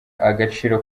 agaciro